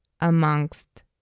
amongst